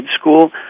school